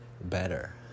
better